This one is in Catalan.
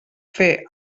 fer